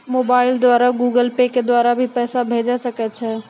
Mobile द्वारा Google Pay के द्वारा भी पैसा भेजै सकै छौ?